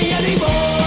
anymore